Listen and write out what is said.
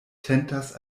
tentas